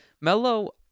Melo